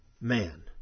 man